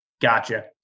Gotcha